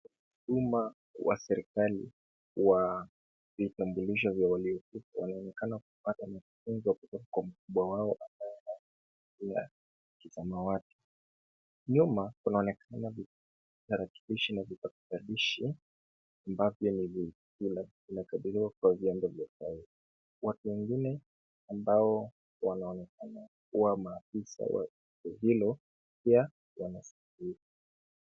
Umma wa serikali wa vitambulisho vya waliofika, wanaonekana kupata mafunzo kutoka kwa mkubwa wao ambaye amevalia kisamawati. Nyuma kunaonekana vitarakilishi na vipakatalishi ambavyo ni vinne vinakabiliwa kwa vyanda vya kazi. Watu wengine ambao wanaonekana kuwa maafisa wa tume hilo pia wanasikiliza.